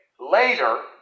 Later